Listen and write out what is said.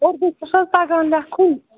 اردو چھُس حظ تَگان لیٚکھُن